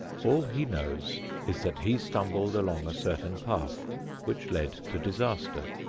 all he knows is that he stumbled along a certain path which led to disaster.